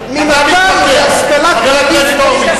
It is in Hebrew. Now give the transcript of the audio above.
ממתי להשכלה כללית,